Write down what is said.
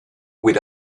with